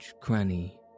cranny